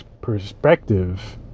perspective